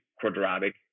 quadratic